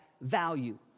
value